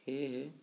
সেয়েহে